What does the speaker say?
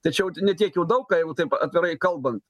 tai čia jau ne tiek jau daug jeigu taip atvirai kalbant